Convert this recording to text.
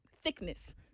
Thickness